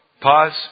Pause